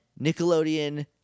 Nickelodeon